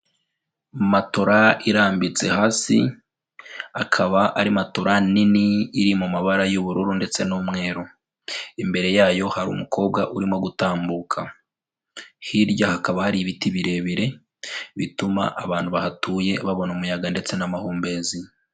Matora irambitse hasi, akaba ari matora nini iri mu mabara y'ubururu ndetse n'umweru. Imbere yayo hari umukobwa urimo gutambuka. Hirya hakaba hari ibiti birebire, bituma abantu bahatuye babona umuyaga ndetse n'amahumbezi.